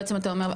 בעצם אתה אומר,